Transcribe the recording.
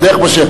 ועוד איך מושך.